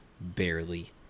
barely